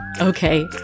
okay